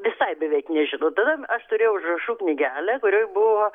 visai beveik nežino tada aš turėjau užrašų knygelę kurioj buvo